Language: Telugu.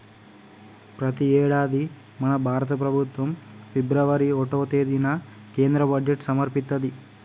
ప్రతి యేడాది మన భారత ప్రభుత్వం ఫిబ్రవరి ఓటవ తేదిన కేంద్ర బడ్జెట్ సమర్పిత్తది